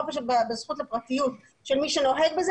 בזכות לפרטיות של מי שנוהג בזה,